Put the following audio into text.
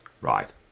Right